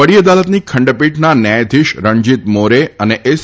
વડી અદાલતની ખંડપીઠના ન્યાયાધીશ રણજીત મોરે અને એસ